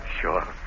sure